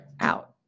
out